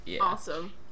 Awesome